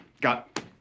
got